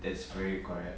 that's very correct